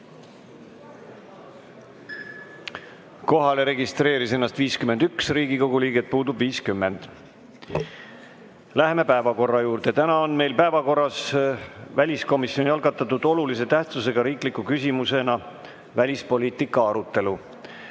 Kohalolijaks registreeris ennast 51 Riigikogu liiget, puudub 50. Läheme päevakorra juurde. Täna on meil päevakorras väliskomisjoni algatatud olulise tähtsusega riikliku küsimusena välispoliitika arutelu.